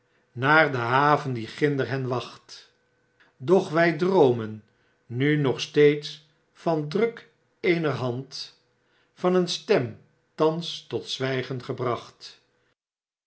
naar de haven die ginder hen wacht doch wij droomen nog steeds van den di uk eener hand van een stem thans tot zwijgen gehracht